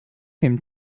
him